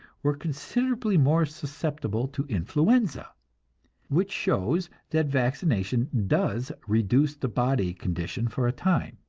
were considerably more susceptible to influenza which shows that vaccination does reduce the body condition for a time.